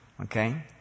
Okay